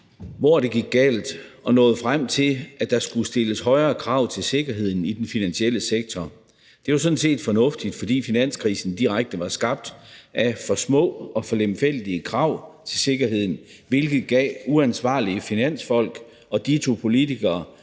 hvor det gik galt, og nåede frem til, at der skulle stilles højere krav til sikkerheden i den finansielle sektor. Det var sådan set fornuftigt, fordi finanskrisen direkte var skabt af for små og for lemfældige krav til sikkerheden, hvilket gav uansvarlige finansfolk og ditto politikere